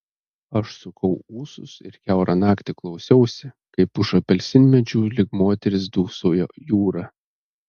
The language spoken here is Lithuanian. aš sukau ūsus ir kiaurą naktį klausiausi kaip už apelsinmedžių lyg moteris dūsauja jūra